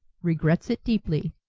regrets it deeply.